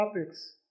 topics